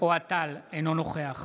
אוהד טל, אינו נוכח